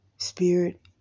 spirit